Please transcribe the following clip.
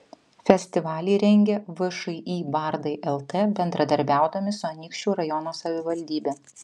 festivalį rengia všį bardai lt bendradarbiaudami su anykščių rajono savivaldybe